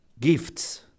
gifts